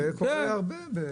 זה קורה הרבה.